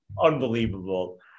Unbelievable